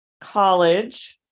College